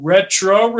Retro